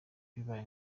bibaye